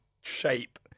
shape